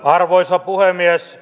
arvoisa puhemies